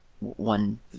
one